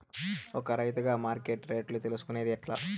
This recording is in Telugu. ఒక రైతుగా మార్కెట్ రేట్లు తెలుసుకొనేది ఎట్లా?